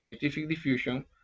diffusion